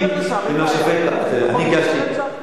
אם זה אוטונומיה אני אלך לשם, אין בעיה.